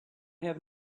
have